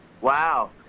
Wow